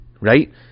right